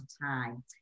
time